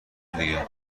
دیگه